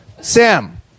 Sam